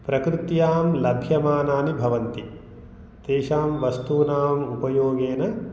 प्रकृत्यां लभ्यमानानि भवन्ति तेषां वस्तूनां उपयोगेन